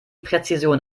präzision